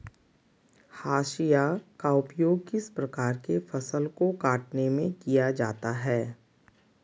हाशिया का उपयोग किस प्रकार के फसल को कटने में किया जाता है?